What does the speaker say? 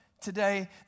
today